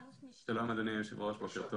שלום אדוני היושב ראש, בוקר טוב.